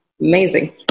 amazing